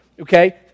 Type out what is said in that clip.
okay